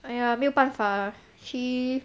!aiya! 没有办法 lah she